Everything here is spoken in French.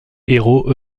héros